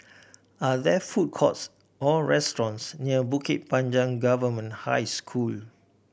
are there food courts or restaurants near Bukit Panjang Government High School